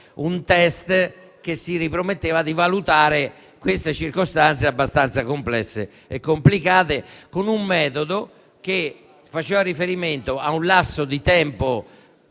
un test che si riprometteva di valutare circostanze abbastanza complesse e complicate con un metodo che faceva riferimento a un lasso di tempo